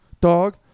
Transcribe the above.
dog